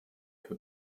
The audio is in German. für